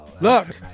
Look